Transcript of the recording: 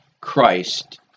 Christ